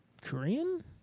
Korean